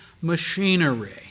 machinery